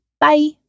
Bye